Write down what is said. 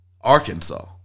Arkansas